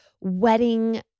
wedding